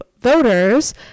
voters